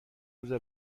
روز